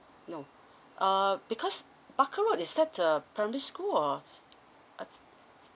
no uh because barker road is that uh primary school or uh